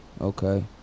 Okay